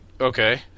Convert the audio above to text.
okay